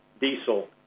diesel